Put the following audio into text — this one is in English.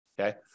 okay